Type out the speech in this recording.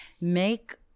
make